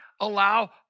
allow